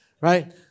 Right